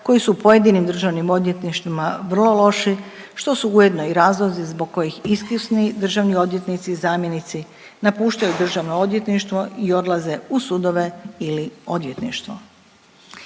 koji su u pojedinim državnim odvjetništvima vrlo loši, što su ujedno i razlozi zbog kojih iskusni državni odvjetnici i zamjenici napuštaju državno odvjetništvo i odlaze u sudove ili odvjetništvo.